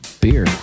beer